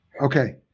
Okay